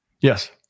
Yes